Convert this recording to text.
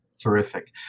Terrific